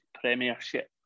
Premiership